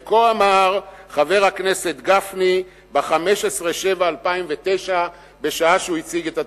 וכה אמר חבר הכנסת גפני ב-15 ביולי 2009 בשעה שהוא הציג את התקציב: